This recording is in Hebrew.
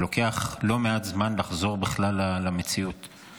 לוקח לא מעט זמן לחזור למציאות בכלל.